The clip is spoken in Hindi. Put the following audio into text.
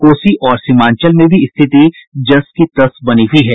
कोसी और सीमांचल में भी स्थिति जस की तस बनी हुई है